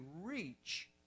reach